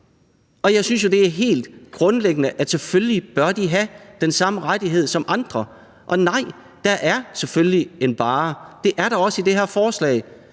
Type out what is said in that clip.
Jeg synes jo, det er helt grundlæggende, at de selvfølgelig bør have den samme rettighed som andre. Og ja, der er selvfølgelig en barre. Det er der også i det her forslag.